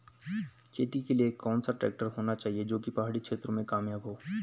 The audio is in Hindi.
खेती के लिए कौन सा ट्रैक्टर होना चाहिए जो की पहाड़ी क्षेत्रों में कामयाब हो?